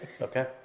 Okay